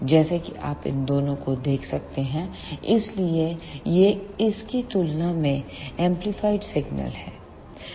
जैसा कि आप इन दोनों से देख सकते हैं इसलिए यह इस की तुलना में एंपलीफायड सिग्नल है